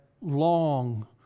long